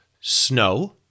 Snow